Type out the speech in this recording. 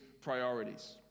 priorities